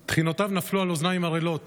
אבל תחינותיו נפלו על אוזניים ערלות.